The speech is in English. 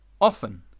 Often